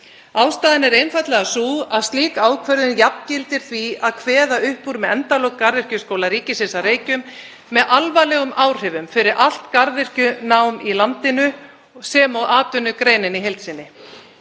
Ástæðan er einfaldlega sú að slík ákvörðun jafngildir því að kveða upp úr með endalok Garðyrkjuskóla ríkisins á Reykjum með alvarlegum áhrifum fyrir allt garðyrkjunám í landinu sem og atvinnugreinina í heild sinni.